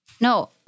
No